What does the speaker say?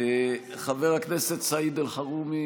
עשו את זה חברי הכנסת וזה היה מקובל.